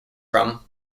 from